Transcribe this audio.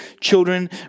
children